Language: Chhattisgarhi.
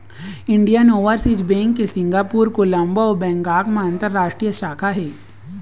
इंडियन ओवरसीज़ बेंक के सिंगापुर, कोलंबो अउ बैंकॉक म अंतररास्टीय शाखा हे